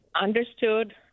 understood